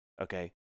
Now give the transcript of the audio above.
Okay